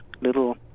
little